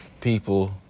people